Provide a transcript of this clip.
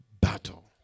battle